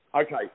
Okay